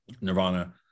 Nirvana